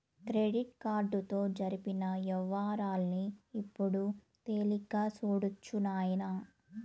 credit కార్డుతో జరిపిన యవ్వారాల్ని ఇప్పుడు తేలిగ్గా సూడొచ్చు నాయనా